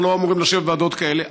אנחנו לא אמורים לשבת בוועדות כאלה,